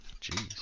Jeez